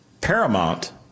paramount